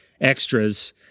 extras